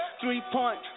Three-point